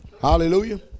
Hallelujah